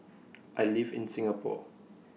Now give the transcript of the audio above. I live in Singapore